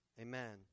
amen